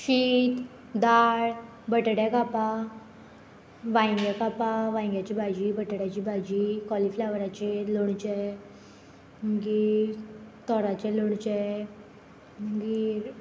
शीत दाळ बटाट्या कापां वांयग्यां कापां वांयग्यांची भाजी बटाट्याची भाजी कॉलिफ्लावराचें लोणचें मागीर तोराचें लोणचें मागीर